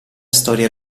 storia